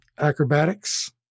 Acrobatics